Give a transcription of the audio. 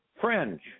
fringe